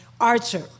archer